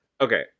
Okay